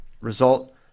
result